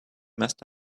must